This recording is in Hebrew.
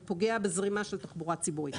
זה פוגע בזרימה של התחבורה הציבורית.